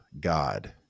god